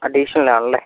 additional ആണല്ലേ